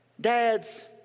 Dads